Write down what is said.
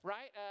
Right